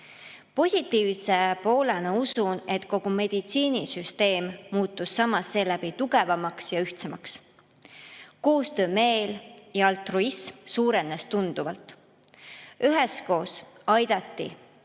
Positiivse poolena, usun, et kogu meditsiinisüsteem muutus samas seeläbi tugevamaks ja ühtsemaks. Koostöömeel ja altruism suurenes tunduvalt. Üheskoos aidati